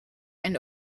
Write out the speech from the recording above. and